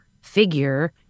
figure